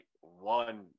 one